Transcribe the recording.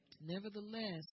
nevertheless